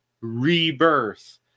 Rebirth